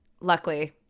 luckily